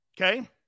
Okay